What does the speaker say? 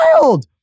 wild